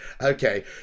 okay